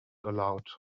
allowed